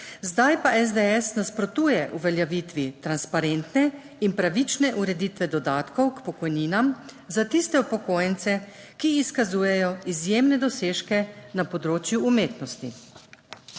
zdaj pa SDS nasprotuje uveljavitvi transparentne in pravične ureditve dodatkov k pokojninam za tiste upokojence, ki izkazujejo izjemne dosežke na področju umetnosti.